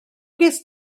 ges